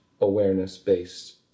awareness-based